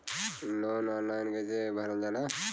Loan online कइसे भरल जाला?